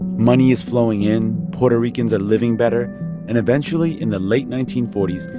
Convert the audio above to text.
money is flowing in. puerto ricans are living better and, eventually, in the late nineteen forty s,